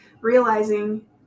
Realizing